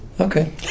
Okay